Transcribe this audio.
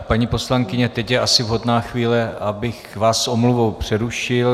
Paní poslankyně, teď je asi vhodná chvíle, abych vás s omluvou přerušil.